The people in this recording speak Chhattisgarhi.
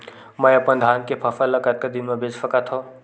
मैं अपन धान के फसल ल कतका दिन म बेच सकथो?